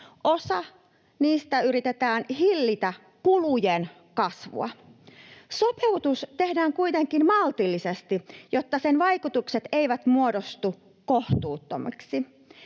Osalla niistä yritetään hillitä kulujen kasvua. Sopeutus tehdään kuitenkin maltillisesti, jotta sen vaikutukset eivät muodostu kohtuuttomiksi.